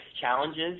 challenges